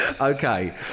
Okay